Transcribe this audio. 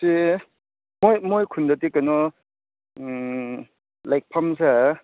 ꯁꯤ ꯃꯣꯏ ꯃꯣꯏ ꯈꯨꯟꯗꯗꯤ ꯀꯩꯅꯣ ꯂꯩꯐꯝꯁꯦ